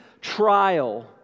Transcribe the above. trial